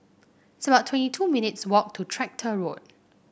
it's about twenty two minutes' walk to Tractor Road